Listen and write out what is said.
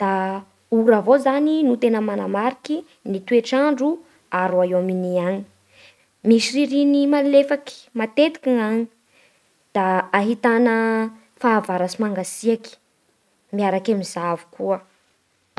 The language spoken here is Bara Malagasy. Da ora avao zany no tena manamariky ny toetr'andro a Royaume-Uni agny. Misy ririny malefaky matetiky agny. Da ahitana fahavaratsy mangatsiaky miaraky amin'izao koa.